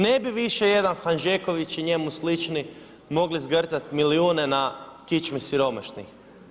Ne bi više jedan Hanžeković i njemu slični mogli zgrtati milijune na kičmi siromašnih.